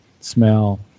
smell